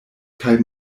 kaj